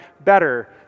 better